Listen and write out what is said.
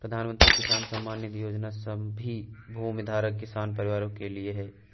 प्रधानमंत्री किसान सम्मान निधि योजना सभी भूमिधारक किसान परिवारों के लिए है